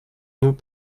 nous